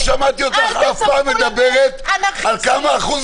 לא שמעתי אותך אף פעם מדברת על כמה אחוז